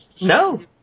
No